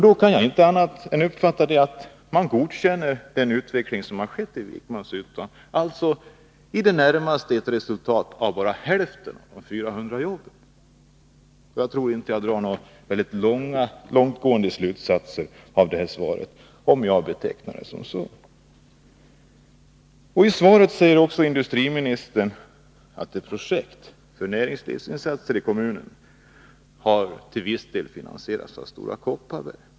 Det kan jag inte uppfatta på annat sätt än att man godkänner den utveckling som har skett i Vikmanshyttan, dvs. att resultatet har blivit i det närmaste bara hälften av de utlovade 400 jobben. Jag tror inte att jag drar några alltför långtgående slutsatser av svaret, om jag betecknar det hela så. Industriministern säger vidare att ett projekt för näringslivsinsatser i kommunen till viss del har finansierats av Stora Kopparberg.